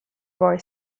boy